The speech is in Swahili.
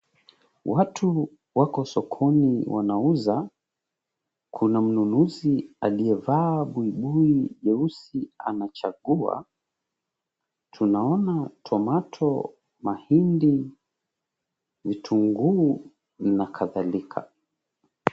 Watu wako sokoni wanauza, kuna mnunuzi aliyevaa buibui jeusi anachagua. Tunaona tomato , mahindi, vitunguu na kadhalika.